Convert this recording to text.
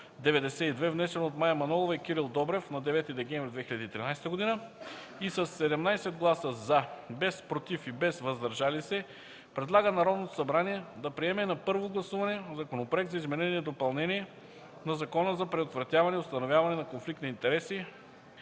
внесен от Мая Манолова и Кирил Добрев на 9 декември 2013 г. - със 17 гласа „за”, без „против” и „въздържали се”, предлага на Народното събрание да приеме на първо гласуване Законопроект за изменение и допълнение на Закона за предотвратяване и установяване на конфликт на интереси,